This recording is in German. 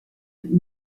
mit